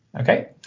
okay